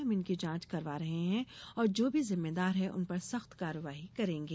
हम इनकी जांच करवा रहे हैं और जो भी जिम्मेदार है उन पर सख्त कार्यवाई करेंगे